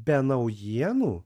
be naujienų